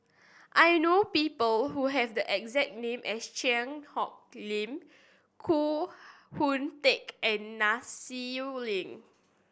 I know people who have the exact name as Cheang Hong Lim Koh Hoon Teck and Nai Swee Leng